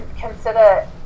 consider